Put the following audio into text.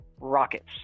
rockets